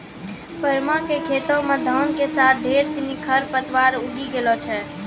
परमा कॅ खेतो मॅ धान के साथॅ ढेर सिनि खर पतवार उगी गेलो छेलै